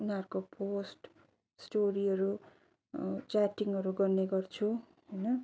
उनीहरूको पोस्ट स्टोरीहरू च्याटिङहरू गर्ने गर्छु होइन